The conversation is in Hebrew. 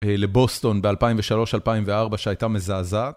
לבוסטון ב-2003-2004 שהייתה מזעזעת.